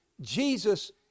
Jesus